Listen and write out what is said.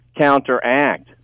counteract